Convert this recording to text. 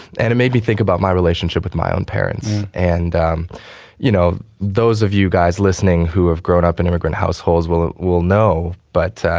and made me think about my relationship with my own parents. and um you know, those of you guys listening who have grown up in immigrant households, well, we'll know. but,